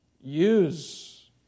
use